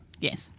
Yes